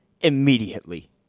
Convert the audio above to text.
immediately